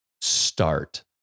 start